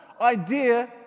idea